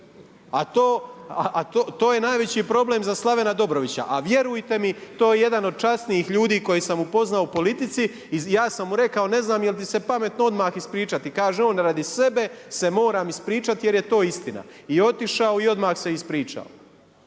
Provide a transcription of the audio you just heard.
A to je najveći problem za Slavena Dobrovića, a vjerujte mi to jedan od časnijih ljudi koje sam upoznao u politici. I ja sam mu rekao ne znam jel' ti se pametno odmah ispričati. Kaže on, radi sebe se moram ispričati jer je to istina. I otišao i odmah se ispričao.